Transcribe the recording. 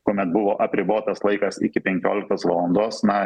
kuomet buvo apribotas laikas iki penkioliktos valandos na